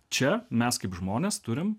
čia mes kaip žmonės turim